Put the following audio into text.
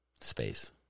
space